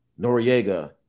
noriega